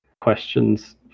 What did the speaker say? questions